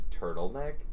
Turtleneck